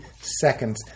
seconds